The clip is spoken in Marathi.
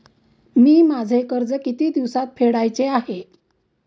मी माझे कर्ज किती दिवसांत फेडायचे आहे?